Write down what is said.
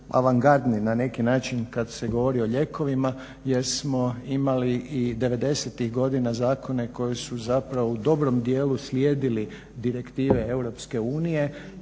avangardni na neki način kad se govori o lijekovima jer smo imali i '90-ih godina zakone koji su zapravo u dobrom dijelu slijedili direktive EU i